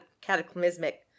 cataclysmic